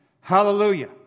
hallelujah